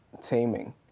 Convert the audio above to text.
taming